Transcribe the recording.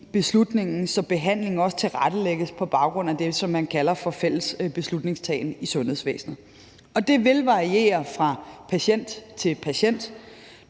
så behandlingen også tilrettelægges på baggrund af det, som man kalder for fælles beslutningstagning i sundhedsvæsenet, og det vil variere fra patient til patient.